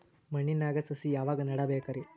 ಮಣ್ಣಿನಾಗ ಸಸಿ ಯಾವಾಗ ನೆಡಬೇಕರಿ?